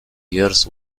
years